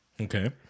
Okay